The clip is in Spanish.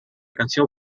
canción